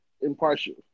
impartial